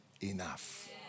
enough